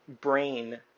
brain